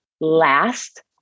Last